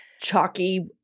Chalky